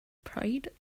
pride